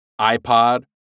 iPod